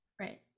Right